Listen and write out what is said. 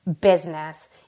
business